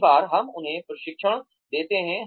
कई बार हम उन्हें प्रशिक्षण देते हैं